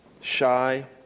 Shy